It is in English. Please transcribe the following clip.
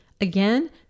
Again